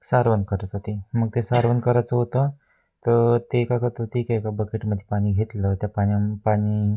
सारवण करत होती मग ते सारवण करायचं होतं तर ते काय करत होती का एका बकेटमध्ये पाणी घेतलं त्या पाण्या पाणी